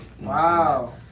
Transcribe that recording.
Wow